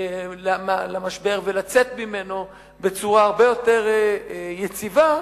למשבר ולצאת ממנו בצורה הרבה יותר יציבה,